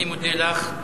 אני מודה לך.